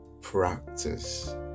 practice